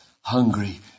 hungry